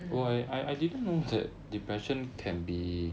mm